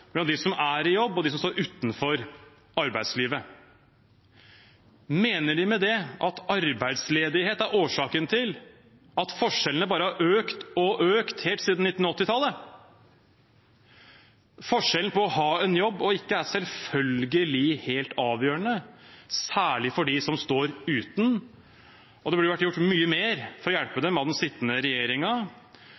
mellom de som er i jobb, og de som står utenfor arbeidslivet.» Mener de med det at arbeidsledighet er årsaken til at forskjellene bare har økt og økt helt siden 1980-tallet? Forskjellen mellom å ha en jobb og ikke er selvfølgelig helt avgjørende, særlig for dem som står uten. Og det burde vært gjort mye mer av den sittende regjeringen for å hjelpe